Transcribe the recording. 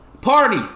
Party